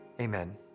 Amen